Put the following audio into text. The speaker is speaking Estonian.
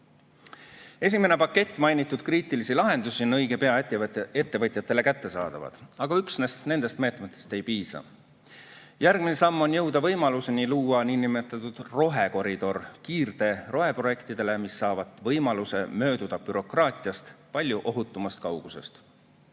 tegeleb. Esimene pakett mainitud kriitilise tähtsusega lahendusi on õige pea ettevõtjatele kättesaadavad, aga üksnes nendest meetmetest ei piisa. Järgmine samm on jõuda võimaluseni luua niinimetatud rohekoridor kiirteeprojektidele, mis saavad võimaluse mööduda bürokraatiast palju ohutumas kauguses.